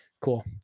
Cool